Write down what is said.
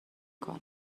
کنم